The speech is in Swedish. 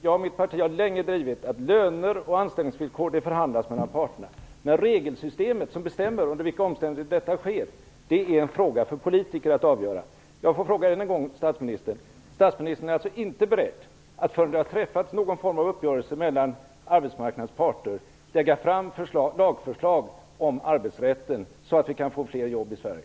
Jag och mitt parti har länge drivit att löner och anställningsvillkor skall förhandlas fram mellan parterna. Men regelsystemet som bestämmer under vilka omständigheter detta sker är en fråga för politiker att avgöra. Jag får än en gång fråga statsministern: Statsministern är alltså inte beredd att, förrän det har träffats någon form av uppgörelse mellan arbetsmarknadens parter, lägga fram lagförslag om arbetsrätten så att vi kan få fler jobb i Sverige?